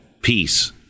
peace